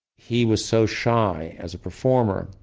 he was so shy as a performer.